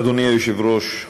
אדוני היושב-ראש,